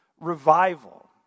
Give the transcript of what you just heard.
revival